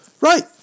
Right